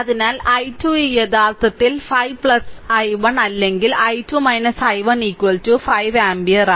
അതിനാൽ i2 യഥാർത്ഥത്തിൽ 5 i1 അല്ലെങ്കിൽ i2 i1 5 ആമ്പിയർ